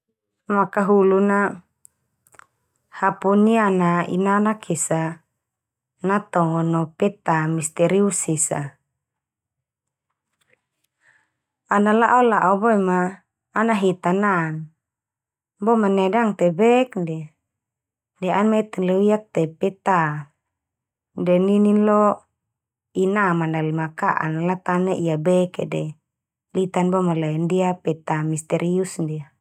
Makahulun na hapu niana inanak esa natongo no peta misterius esa. Ana la'o-la'o boe ma ana heta nan, bo ma naedangte bek ndia de an meten loiak te peta. De ninin lo inaman nal ma ka'an la latane ia bek kia de litan bo ma lae ndia peta misterius ndia.